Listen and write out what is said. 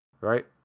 Right